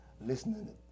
listening